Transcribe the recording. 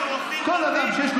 כעורך דין ותיק,